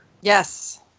yes